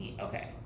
okay